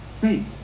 faith